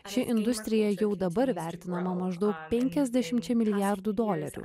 ši industrija jau dabar vertinama maždaug penkiasdešimčia milijardų dolerių